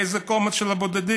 איזה קומץ של בודדים?